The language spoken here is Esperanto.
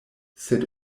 sed